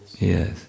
Yes